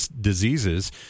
diseases